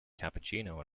cappuccino